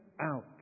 out